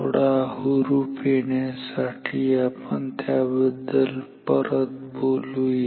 थोडा हुरूप येण्यासाठी आपण त्याबद्दल परत बोलूया